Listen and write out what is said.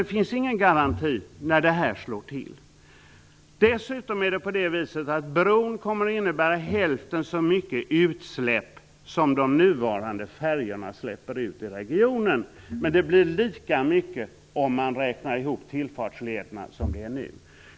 Det finns ingen garanti när vädret slår till. Dessutom kommer bron att innebära hälften så mycket utsläpp som de nuvarande färjorna släpper ut i regionen, men det blir lika mycket om man räknar in tillfartslederna.